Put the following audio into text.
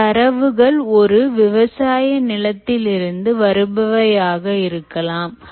அத்தரவுகள் ஒரு விவசாய நிலத்தில் இருந்து வருபவை ஆக இருக்கலாம்